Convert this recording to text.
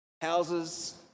Houses